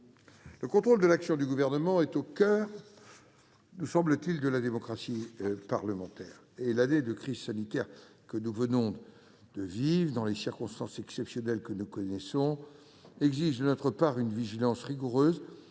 Le contrôle de l'action du Gouvernement est au coeur de la démocratie parlementaire, et l'année de crise sanitaire que nous venons de vivre dans des circonstances exceptionnelles exige de notre part une vigilance rigoureuse